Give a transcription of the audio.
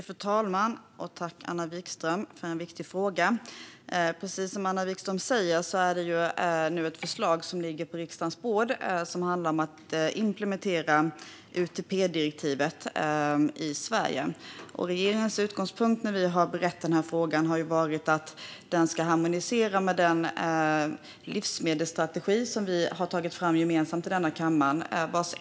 Fru talman! Tack, Anna Vikström, för en viktig fråga! Precis som Anna Vikström säger ligger nu ett förslag på riksdagens bord som handlar om att implementera UTP-direktivet i Sverige. Regeringens utgångspunkt, när vi har berett frågan, har varit att den ska harmonisera med den livsmedelsstrategi som vi gemensamt har tagit fram i denna kammare.